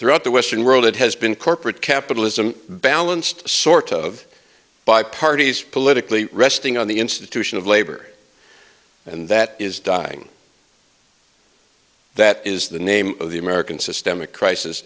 throughout the western world it has been corporate capitalism balanced sort of by parties politically resting on the institution of labor and that is dying that is the name of the american systemic crisis